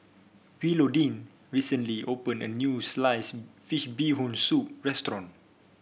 Willodean recently opened a new Sliced Fish Bee Hoon Soup restaurant